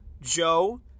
Joe